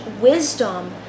wisdom